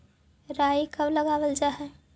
राई कब लगावल जाई?